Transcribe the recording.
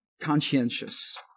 conscientious